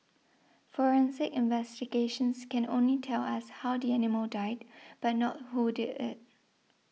forensic investigations can only tell us how the animal died but not who did it